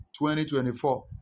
2024